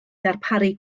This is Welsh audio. ddarparu